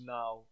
now